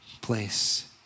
place